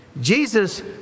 Jesus